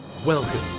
Welcome